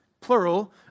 plural